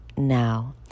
now